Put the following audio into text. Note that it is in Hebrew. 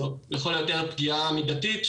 זאת לכל היותר פגיעה מידתית,